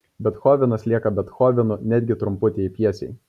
bethovenas lieka bethovenu netgi trumputėj pjesėj